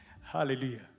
Hallelujah